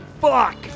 Fuck